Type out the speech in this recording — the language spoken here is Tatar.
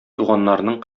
туганнарның